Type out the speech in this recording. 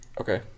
Okay